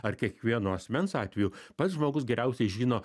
ar kiekvieno asmens atveju pats žmogus geriausiai žino